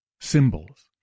Symbols